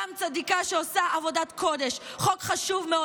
גם צדיקה שעושה עבודת קודש, הוא חוק חשוב מאוד.